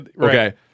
Okay